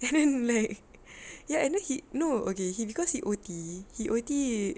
then like ya and then he no okay he cause he O_T he O_T